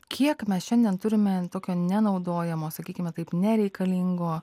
kiek mes šiandien turime tokio nenaudojamo sakykime taip nereikalingo